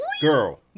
Girl